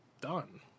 done